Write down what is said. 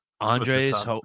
Andres